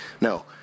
No